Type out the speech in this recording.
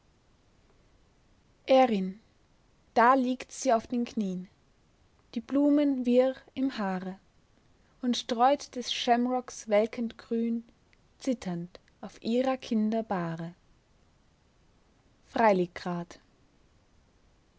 erin da liegt sie auf den knien die blumen wirr im haare und streut des shamrocks welkend grün zitternd auf ihrer kinder bahre